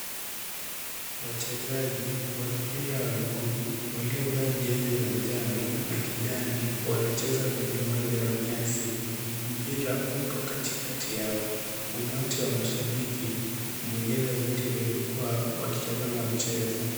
Wachezaji wa mpira wa miguu, waliovaa jezi za njano na kijani wanacheza kwenye uwanja wa nyasi. Mpira upo katikati yao. Umati wa mashabiki umejaza viti vya jukwaa, wakitazama mchezo.